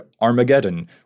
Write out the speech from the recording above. Armageddon